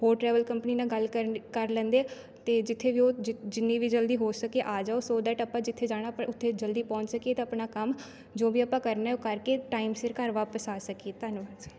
ਹੋਰ travel company ਨਾਲ਼ ਗੱਲ ਕਰ ਕਰ ਲੈਂਦੇ ਅਤੇ ਜਿੱਥੇ ਵੀ ਉਹ ਜਿੰਨੀ ਵੀ ਜਲਦੀ ਹੋ ਸਕੇ ਆ ਜਾਓ ਸੋ ਦੈਟ ਆਪਾਂ ਜਿੱਥੇ ਜਾਣਾ ਆਪਾਂ ਉੱਥੇ ਜਲਦੀ ਪਹੁੰਚ ਸਕੀਏ ਤਾਂ ਆਪਣਾ ਕੰਮ ਜੋ ਵੀ ਆਪਾਂ ਕਰਨਾ ਉਹ ਕਰਕੇ ਟਾਈਮ ਸਿਰ ਘਰ ਵਾਪਿਸ ਆ ਸਕੀਏ ਧੰਨਵਾਦ